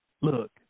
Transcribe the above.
Look